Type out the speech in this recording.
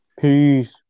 Peace